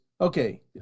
Okay